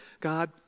God